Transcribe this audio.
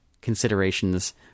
Considerations